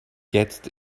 jetzt